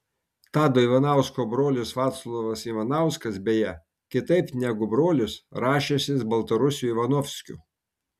tado ivanausko brolis vaclovas ivanauskas beje kitaip negu brolis rašęsis baltarusiu ivanovskiu